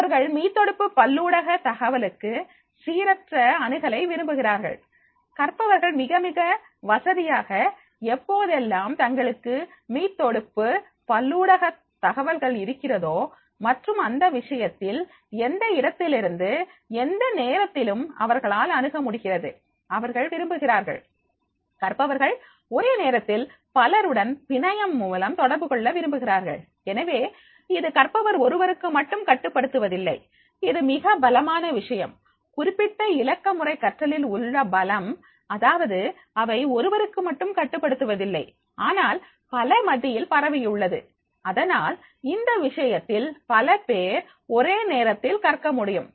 அவர்கள் மீத்தொடுப்பு பல்லூடக தகவலுக்கு சீரற்ற அணுகலை விரும்புகிறார்கள் கற்பவர்கள் மிகமிக வசதியாக எப்போதெல்லாம் தங்களுக்கு மீத்தொடுப்பு பல்லூடக தகவல்கள் இருக்கிறதோ மற்றும் இந்த விஷயத்தில் எந்த இடத்திலிருந்தும் எந்த நேரத்திலும் அவர்களால் அணுக முடிகிறது அவர்கள் விரும்புகிறார்கள் கற்பவர்கள் ஒரே நேரத்தில் பலருடன் பிணையம் மூலம் தொடர்பு கொள்ள விரும்புகிறார்கள் எனவே இது கற்பவர் ஒருவருக்கு மட்டும் கட்டுப்படுத்துவதில்லை இது மிக பலமான விஷயம் குறிப்பிட்ட இலக்கமுறை கற்றலில் உள்ள பலம் அதாவது அவை ஒருவருக்கு மட்டும் கட்டுப்படுத்துவதில்லை ஆனால் பலர் மத்தியில் பரவியுள்ளது அதனால் இந்த விஷயத்தில் பல பேர் ஒரே நேரத்தில் கற்க முடியும்